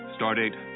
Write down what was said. Stardate